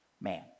man